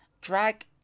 drag